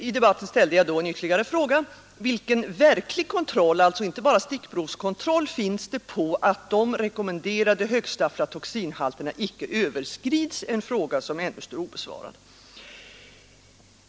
I debatten ställde jag då en ytterligare fråga: Vilken verklig kontroll — alltså inte bara stickprovskontroll — finns det på att de rekommenderade högsta aflatoxinhalterna inte överskrids? Denna fråga står ännu obesvarad.